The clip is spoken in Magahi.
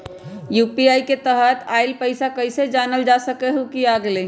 यू.पी.आई के तहत आइल पैसा कईसे जानल जा सकहु की आ गेल?